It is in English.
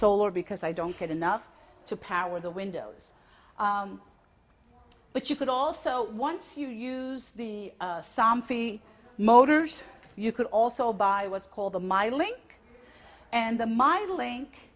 solar because i don't get enough to power the windows but you could also once you use the sam fee motors you could also buy what's called a my link and the mind link